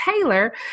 Taylor